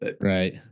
Right